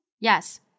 Yes